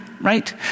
right